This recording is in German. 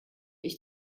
ich